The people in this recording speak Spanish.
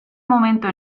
momento